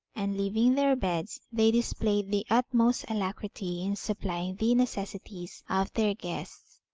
and leaving their beds they displayed the utmost alacrity in supplying the necessities of their guests.